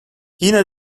yine